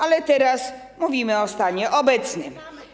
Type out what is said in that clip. Ale teraz mówimy o stanie obecnym.